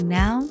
now